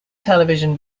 television